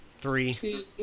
three